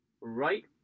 Right